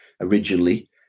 originally